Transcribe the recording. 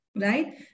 right